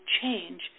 change